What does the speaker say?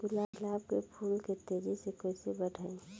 गुलाब के फूल के तेजी से कइसे बढ़ाई?